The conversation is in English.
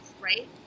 right